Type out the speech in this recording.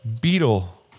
beetle